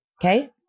Okay